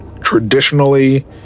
traditionally